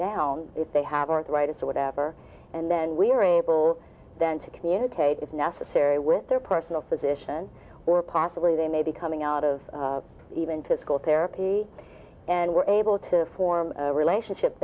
down if they have arthritis or whatever and then we're able then to communicate if necessary with their personal physician or possibly they may be coming out of even physical therapy and we're able to form a relationship